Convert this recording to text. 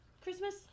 Christmas